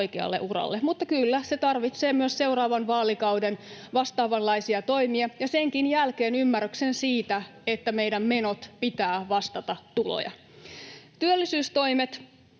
oikealle uralle. Mutta kyllä, se tarvitsee myös seuraavan vaalikauden vastaavanlaisia toimia ja senkin jälkeen ymmärryksen siitä, että meidän menojemme pitää vastata tuloja. Työllisyystoimista: